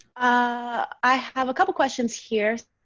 i have a couple questions here.